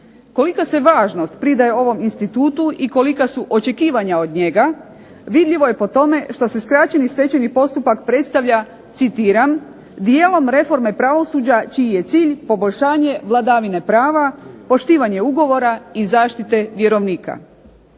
Kolika se važnost pridaje ovom institutu i kolika su očekivanja od njega vidljivo je po tome što skraćeni stečajni postupak predstavlja citiram dijelom reforme pravosuđa čiji je cilj poboljšanje vladavine prava, poštivanje ugovora i zaštite vjerovnika.